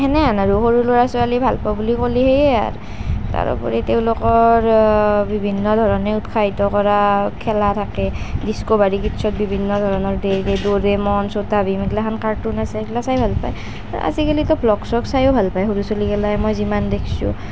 সেনেহেন আৰু সৰু ল'ৰা ছোৱালী ভাল পোৱা বুলি ক'লে সেইয়াই আৰু তাৰোপৰি তেওঁলোকৰ বিভিন্ন ধৰণে উৎসাহীত কৰা খেলা থাকে ডিচকভাৰী কিডছত বিভিন্ন ধৰণৰ ডৰেমন ছোটা ভিম এইগিলাখান কাৰ্টুন আছে সেইগিলা চাই ভাল পায় আৰু আজিকালিতো ব্লগ চোল্ক চাইও ভাল পায় সৰু ল'ৰা ছোৱালীগেলাই মই যিমান দেখিছোঁ